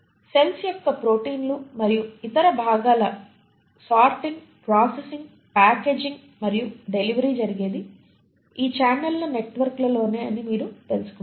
సెల్స్యొక్క ప్రోటీన్లు మరియు ఇతర భాగాల సార్టింగ్ ప్రాసెసింగ్ ప్యాకేజింగ్ మరియు డెలివరీ జరిగేది ఈ ఛానెల్ల నెట్వర్క్లలోనే అని మీరు తెలుసుకుంటారు